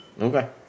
Okay